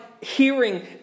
hearing